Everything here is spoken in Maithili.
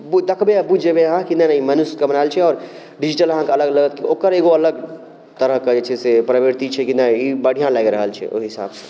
देखबै आओर बुझि जेबै अहाँ कि नहि नहि मनुष्यके बनाएल छै आओर डिजिटल अहाँके अलग लागत ओकर अहाँके अलग तरहके जे छै से प्रवृति छै कि नहि ई बढ़िआँ लागि रहल छै ओहि हिसाबसँ